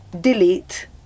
Delete